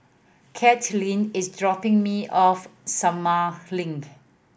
Katelynn is dropping me off Sumang Link